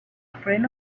friend